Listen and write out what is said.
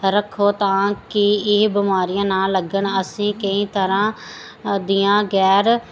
ਰੱਖੋ ਤਾਂ ਕਿ ਇਹ ਬਿਮਾਰੀਆਂ ਨਾ ਲੱਗਣ ਅਸੀਂ ਕਈ ਤਰ੍ਹਾਂ ਦੀਆਂ ਗੈਰ